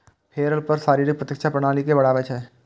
बेरक फल शरीरक प्रतिरक्षा प्रणाली के बढ़ाबै छै